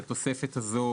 התוספת הזאת,